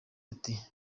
ati